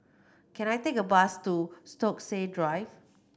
can I take a bus to Stokesay Drive